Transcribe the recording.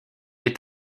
est